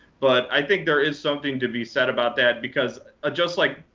but i think there is something to be said about that, because just like